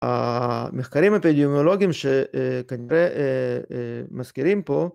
המחקרים האפדיומולוגיים שכנראה מזכירים פה